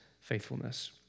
faithfulness